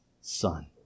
son